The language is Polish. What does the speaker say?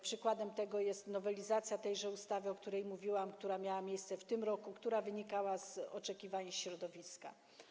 Przykładem tego jest nowelizacja ustawy, o której mówiłam, która miała miejsce w tym roku i która wynikała z oczekiwań środowiska.